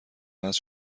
عوض